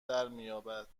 درمیابد